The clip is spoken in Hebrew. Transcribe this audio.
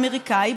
אמריקני,